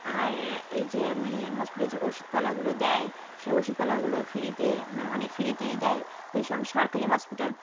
আর এই যে মানে হসপিটালে যে ওষুধপালাগুলো দেয় সে ওষুধপালাগুলোও ফ্রিতে মানে অনেক ফ্রিতেই দেয় ওই সরকারি হসপিটাল